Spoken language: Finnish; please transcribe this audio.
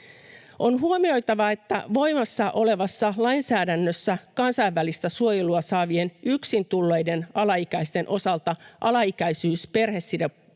On huomioitava, että voimassa olevassa lainsäädännössä kansainvälistä suojelua saavien yksin tulleiden alaikäisten osalta alaikäisyys perhesideprosesseissa